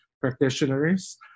practitioners